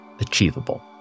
achievable